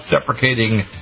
deprecating